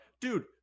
dude